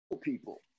people